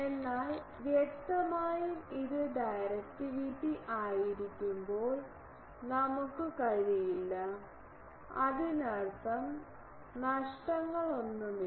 എന്നാൽ വ്യക്തമായും ഇത് ഡയറക്റ്റിവിറ്റി ആയിരിക്കുമ്പോൾ നമുക്ക് കഴിയില്ല അതിനർത്ഥം നഷ്ടങ്ങളൊന്നുമില്ല